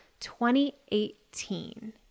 2018